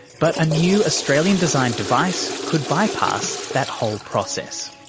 but a new australian-designed device could bypass that whole process.